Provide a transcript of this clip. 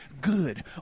good